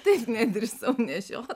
taip nedrįsau nešiot